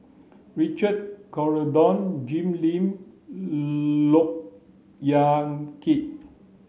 Richard Corridon Jim Lim Look Yan Kit